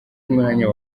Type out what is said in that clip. umwanya